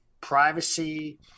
privacy